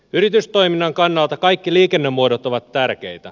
yritystoiminnan kannalta kaikki liikennemuodot ovat tärkeitä